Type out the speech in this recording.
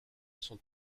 sont